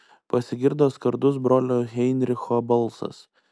pasigirdo skardus brolio heinricho balsas